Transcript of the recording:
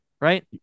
right